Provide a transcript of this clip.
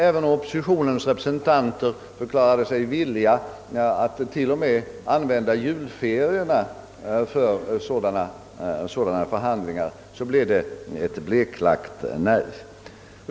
Även när oppositionens representanter sade sig vara villiga att till och med använda julferierna för sådana förhandlingar, blev det ett bleklagt nej.